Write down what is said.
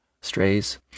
strays